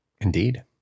Indeed